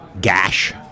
gash